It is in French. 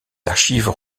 archives